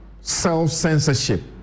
self-censorship